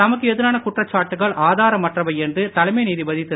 தமக்கு எதிரான குற்றச்சாட்டுகள் ஆதாரமற்றவை என்று தலைமை நீதிபதி திரு